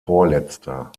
vorletzter